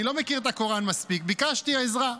אני לא מכיר את הקוראן מספיק, ביקשתי עזרה.